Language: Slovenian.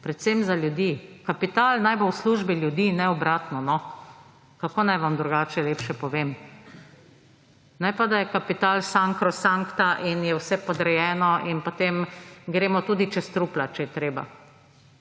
predvsem za ljudi. Kapital naj bo v službi ljudi, ne obratno, no! Kako naj vam drugače lepše povem? Ne pa, da je kapital sancro sancta in je vse podrejeno in potem gremo tudi čez trupla, če je treba.